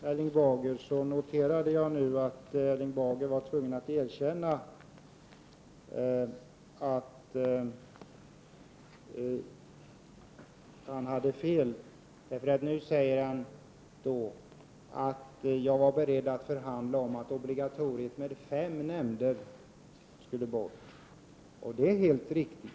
Men jag noterade att Erling Bager var tvungen att erkänna att han hade fel. Nu säger han att jag var beredd att förhandla om att obligatoriet med fem nämnder skulle bort. Det är helt riktigt.